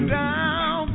down